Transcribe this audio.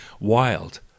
wild